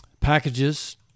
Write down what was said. packages